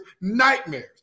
nightmares